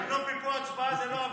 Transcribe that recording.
לגנוב מפה הצבעה זה לא עבירה,